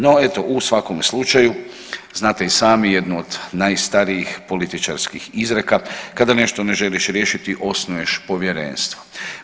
No eto u svakom slučaju znate i sami jednu od najstarijih političarski izreka, kada nešto ne želiš riješiti osnuješ povjerenstvo.